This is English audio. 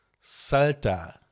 Salta